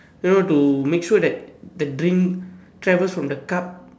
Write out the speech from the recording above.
you know to make sure that the drink travels from the cup